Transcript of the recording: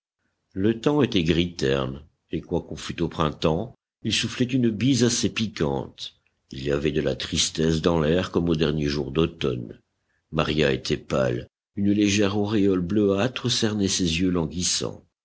le temps était gris terne et quoiqu'on fût au printemps il soufflait une bise assez piquante il y avait de la tristesse dans l'air comme aux derniers jours d'automne maria était pâle une légère auréole bleuâtre cernait ses yeux languissants